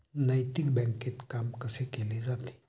नैतिक बँकेत काम कसे केले जाते?